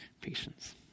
Patience